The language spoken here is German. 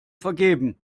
vergeben